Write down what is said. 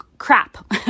crap